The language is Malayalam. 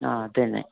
ആ അത് തന്നെ